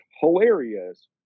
Hilarious